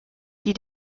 die